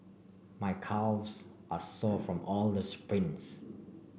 my calves are sore from all the sprints